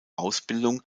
ausbildung